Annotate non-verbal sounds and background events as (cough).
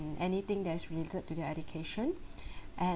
anything that's related to their education (breath) and